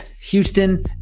Houston